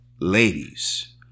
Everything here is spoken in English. ladies